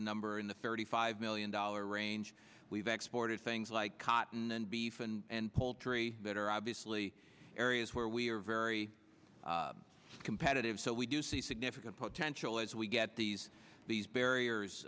a number in the thirty five million dollar range we've exported things like cotton and beef and poultry that are obviously areas where we are very competitive so we do see significant potential as we get these these barriers